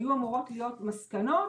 היו אמורות להיות מסקנות,